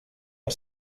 per